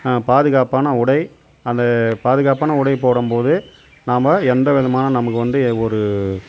பாதுகாப்பான உடை அந்த பாதுகாப்பான உடைய போடும்போது நாம்ம எந்தவிதமான நமக்கு வந்து எ ஒரு